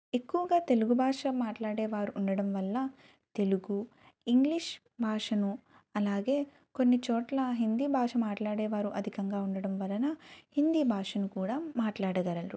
ఎక్కువగా తెలుగు భాష మాట్లాడేవారు ఉండడం వల్ల తెలుగు ఇంగ్లీష్ భాషను అలాగే కొన్ని చోట్ల హిందీ భాష మాట్లాడేవారు అధికంగా ఉండడం వలన హిందీ భాషను కూడా మాట్లాడగలరు